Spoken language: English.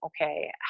okay